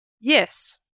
Yes